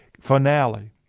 finale